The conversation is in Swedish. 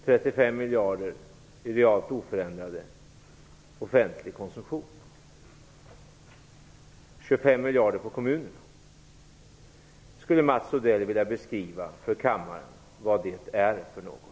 35 miljarder vill ni ha till oförändrad offentlig konsumtion. 25 miljarder satsas på kommunerna. Skulle Mats Odell vilja beskriva för kammaren vad det är för något?